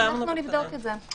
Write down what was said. נבדוק את זה.